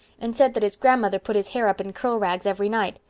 and said that his grandmother put his hair up in curl rags every night.